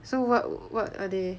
so what what are they